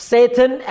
Satan